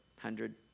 hundred